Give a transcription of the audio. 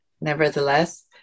nevertheless